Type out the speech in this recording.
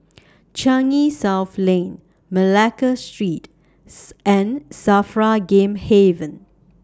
Changi South Lane Malacca Street and SAFRA Game Haven